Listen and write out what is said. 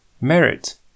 Merit